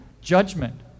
judgment